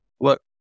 look